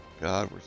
God